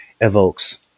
evokes